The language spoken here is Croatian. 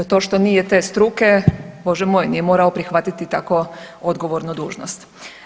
To što nije te struke Bože moj nije morao prihvatiti tako odgovornu dužnost.